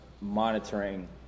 monitoring